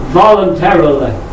voluntarily